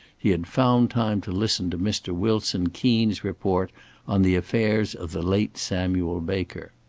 he had found time to listen to mr. wilson keens report on the affairs of the late samuel baker.